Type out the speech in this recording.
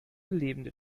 lebende